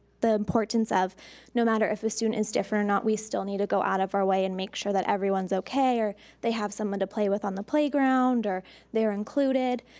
the importance of no matter if the student is different or not, we still need to go out of our way and make sure that everyone's okay, or they have someone to play with on the playground or they're included.